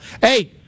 Hey